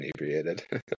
inebriated